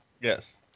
Yes